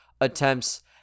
attempts